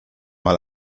mal